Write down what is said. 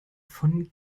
von